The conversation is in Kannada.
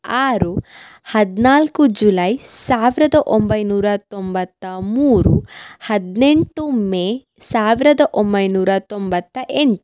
ಆರು ಹದಿನಾಲ್ಕು ಜುಲೈ ಸಾವಿರದ ಒಂಬೈನೂರ ತೊಂಬತ್ತ ಮೂರು ಹದಿನೆಂಟು ಮೇ ಸಾವಿರದ ಒಂಬೈನೂರ ತೊಂಬತ್ತ ಎಂಟು